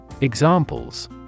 Examples